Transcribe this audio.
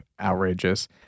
outrageous